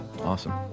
awesome